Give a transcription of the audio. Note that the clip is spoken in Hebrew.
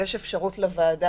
יש אפשרות לוועדה